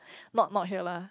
not not here lah